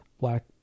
black